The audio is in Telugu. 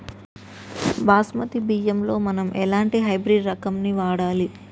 బాస్మతి బియ్యంలో మనం ఎలాంటి హైబ్రిడ్ రకం ని వాడాలి?